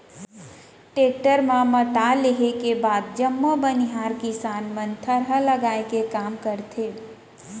tractor म मता लेहे के बाद जम्मो बनिहार किसान मन थरहा लगाए के काम करथे